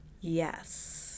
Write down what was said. Yes